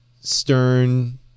Stern